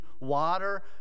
water